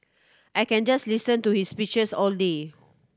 I can just listen to his speeches all day